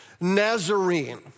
Nazarene